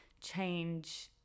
change